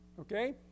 okay